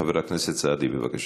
חבר הכנסת סעדי, בבקשה.